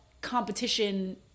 competition